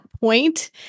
point